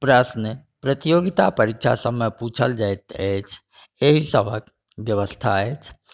प्रश्न प्रतियोगिता परीक्षा सभमे पुछल जाइत अछि एहि सभक व्यवस्था अछि